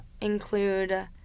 include